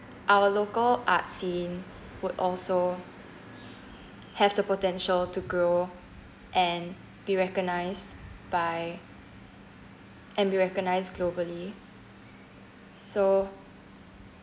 our local art scene would also have the potential to grow and be recognised by and be recognised globally so